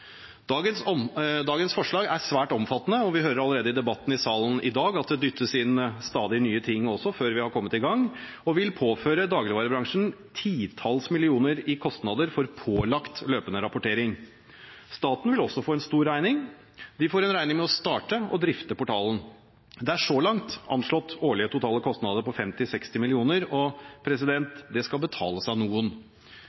Dagens forslag er svært omfattende – vi hører allerede i dag i debatten her i salen at det dyttes inn stadig nye ting før vi er kommet i gang – og vil påføre dagligvarebransjen titalls millioner kroner i kostnader for pålagt løpende rapportering. Staten vil også få en stor regning. De får en regning for å starte og drifte portalen. Det er så langt anslått årlige totale kostnader på 50–60 mill. kr, og det skal betales av noen.